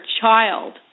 child